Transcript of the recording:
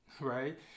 right